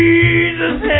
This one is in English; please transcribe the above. Jesus